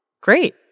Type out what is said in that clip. Great